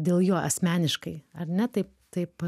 dėl jo asmeniškai ar ne taip taip